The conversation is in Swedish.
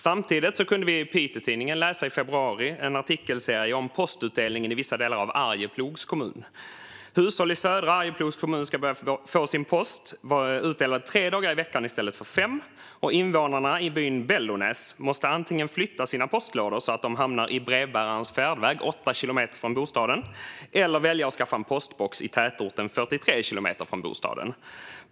Samtidigt kunde vi i Piteå-Tidningen i februari i en artikelserie läsa om postutdelningen i vissa delar av Arjeplogs kommun. Hushåll i södra Arjeplogs kommun ska börja få sin post utdelad bara tre dagar i veckan i stället för fem. Invånarna i byn Bellonäs måste antingen flytta sina postlådor så att de hamnar i brevbärarens färdväg 8 kilometer från bostaden eller välja att skaffa en postbox i tätorten 43 kilometer från bostaden.